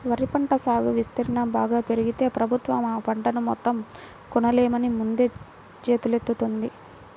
వరి పంట సాగు విస్తీర్ణం బాగా పెరిగితే ప్రభుత్వం ఆ పంటను మొత్తం కొనలేమని ముందే చేతులెత్తేత్తంది